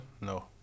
No